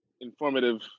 informative